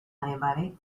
anybody